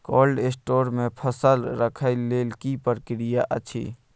Cold store मे फसल रखय लेल की प्रक्रिया अछि?